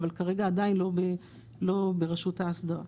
אבל כרגע עדיין לא ברשות האסדרה.